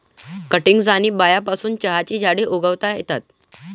cuttings आणि बियांपासून चहाची झाडे उगवता येतात